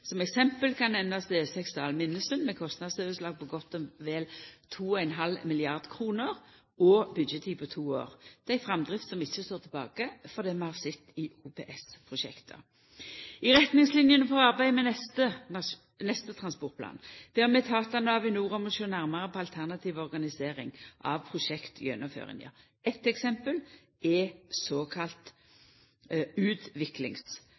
Som eksempel kan nemnast E6 Dal–Minnesund, med kostnadsoverslag på godt og vel 2,5 mrd. kr, og byggjetid på to år. Det er ei framdrift som ikkje står tilbake for det vi har sett i OPS-prosjekta. I retningslinene for arbeidet med neste transportplan ber vi etatane og Avinor om å sjå nærare på alternativ organisering av prosjektgjennomføringa. Eit eksempel er